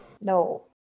No